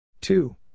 two